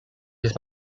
his